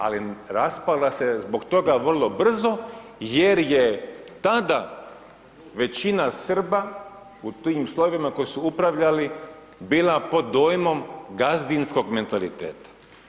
Ali raspala se zbog toga vrlo brzo jer je tada većina Srba u tim slojevima koji su upravljali, bila pod dojmom gazdinskog mentaliteta.